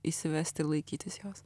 įsivesti laikytis jos